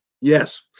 Yes